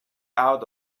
out